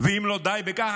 ואם לא די בכך,